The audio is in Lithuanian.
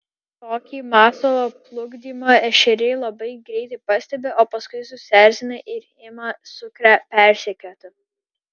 tokį masalo plukdymą ešeriai labai greitai pastebi o paskui susierzina ir ima sukrę persekioti